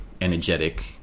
energetic